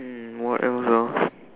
um what else ah